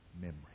Memory